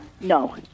No